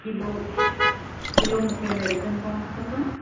kilo kilo मूंखे American corns खपनि